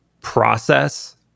process